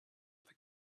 for